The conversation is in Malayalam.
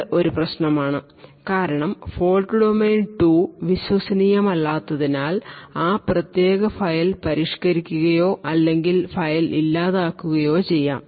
ഇത് ഒരു പ്രശ്നമാണ് കാരണം ഫോൾട് ഡൊമെയ്ൻ 2 വിശ്വസനീയമല്ലാത്തതിനാൽ ആ പ്രത്യേക ഫയൽ പരിഷ്ക്കരിക്കുകയോ അല്ലെങ്കിൽ ആ ഫയൽ ഇല്ലാതാക്കുകയോ ചെയ്യാം